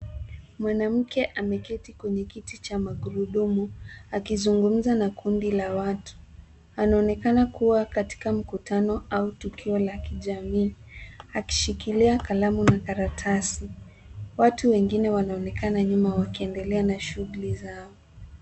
Mwanamke ameketi kwenye kiti cha magurudumu akizungumza na kundi la watu .Anaonekana kuwa katika mkutano au tukio la kijamii akishikilia kalamu na karatasi. Watu wengine wanaonekana nyuma wakiendelea na shughuli zao.